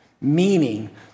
meaning